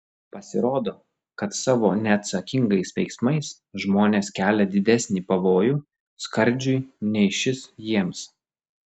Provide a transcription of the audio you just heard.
pasirodo kad savo neatsakingais veiksmais žmonės kelia didesnį pavojų skardžiui nei šis jiems